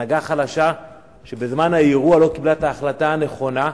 הנהגה חלשה שבזמן האירוע לא קיבלה את ההחלטה הנכונה,